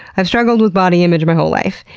i've struggled with body image my whole life.